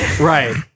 Right